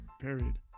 period